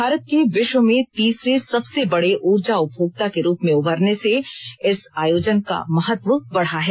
भारत के विश्व में तीसरे सबसे बड़े ऊर्जा उपभोक्ता के रूप में उभरन से इस आयोजन का महत्व बढ़ा है